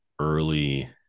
early